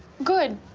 good.